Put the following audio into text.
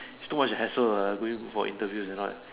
it's too much a hassle lah going for interviews and all that